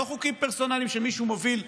לא חוקים פרסונליים של מי שמוביל כנגדכם.